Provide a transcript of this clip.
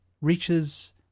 reaches